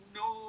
no